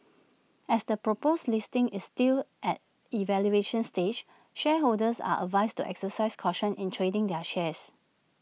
as the proposed listing is still at evaluation stage shareholders are advised to exercise caution in trading their shares